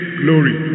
glory